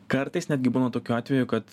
kartais netgi būna tokių atvejų kad